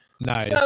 Nice